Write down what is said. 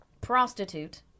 prostitute